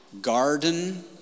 garden